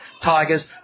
Tigers